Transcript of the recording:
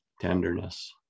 Tenderness